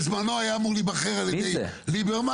בזמנו היה אמור להיבחר על ידי ליברמן